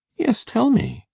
yes tell me!